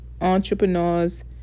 entrepreneurs